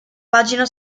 pagina